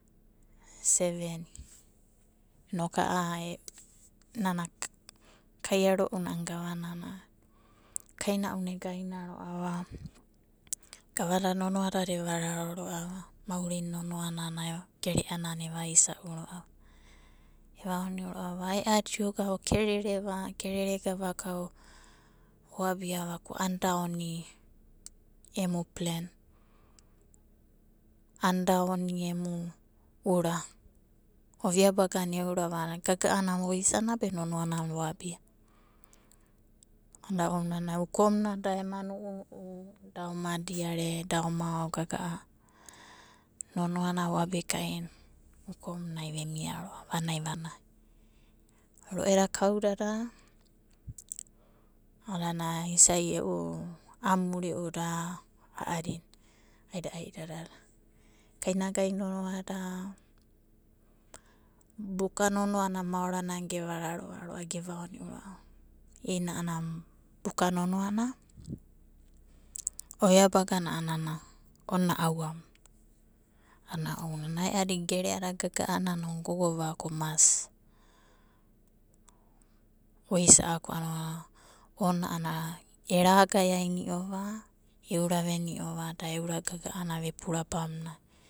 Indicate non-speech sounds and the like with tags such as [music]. [unintelligible] Inoku a'a nana kaiaro'una gavanana kaina'una egaine ro'ava, gavada nonoa dada eva raro ro'ava, maurina nonoanana gere'anana eva isa'u ro'ava. Evaoni'u ro'ava ae'adi oga okerereva, kerere gavaka oabiava ko a'ana da oni emu plen, [unintelligible] ura. Ovia bagana eurava gaga'ana voisana be nonoana voabia. Ana ounanai ukomuna da ema nu'unu'u, da oma diare, da oma aogaga'a. Nonoanana voabikaina ukomunai vemia ro'a vanai vanai. Ro'eda kudada a'anana isa'i e'u amuri'uda, a'adina aidaa'ida dada. Kainagai nonoada buka nonoana maorana gevararoa gevaono'u ro'ava i'ina a'ana buka nonoana ovia bagana a'ana ona auamuna a'ana ounanai ae'adi gere'ana gaga'ananai ogogova ko mas voisa'aku a'ana ona a'ana eragae aini'ova, euravaneni'ova da eurava gaga'a vepuru abamunai.